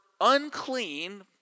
unclean